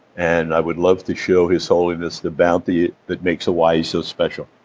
and i would love to show his holiness the bounty that makes hawaii so special,